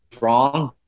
wrong